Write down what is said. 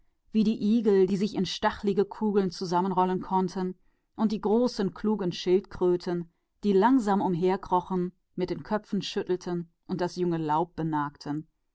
und die igel die sich zu stachlichten kugeln aufrollen konnten und die großen klugen schildkröten die langsam umherkrochen und die köpfe schüttelten und an